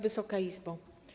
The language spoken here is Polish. Wysoka Izbo!